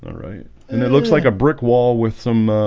right, and it looks like a brick wall with some